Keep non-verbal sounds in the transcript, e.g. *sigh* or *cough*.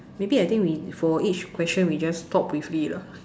maybe I think we for each question we just talk briefly lah *laughs*